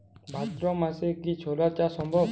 ভাদ্র মাসে কি ছোলা চাষ সম্ভব?